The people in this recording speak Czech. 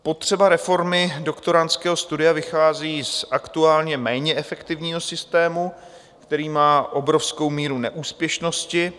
Potřeba reformy doktorandského studia vychází z aktuálně méně efektivního systému, který má obrovskou míru neúspěšnosti.